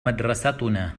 مدرستنا